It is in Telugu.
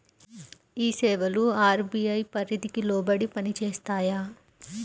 ఈ సేవలు అర్.బీ.ఐ పరిధికి లోబడి పని చేస్తాయా?